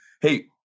hey